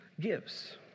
gives